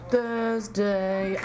Thursday